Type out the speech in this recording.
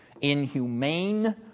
inhumane